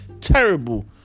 terrible